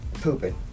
pooping